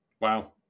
Wow